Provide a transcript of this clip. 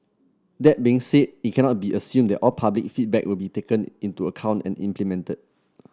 that being said it cannot be assumed that all public feedback will be taken into account and implemented